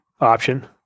option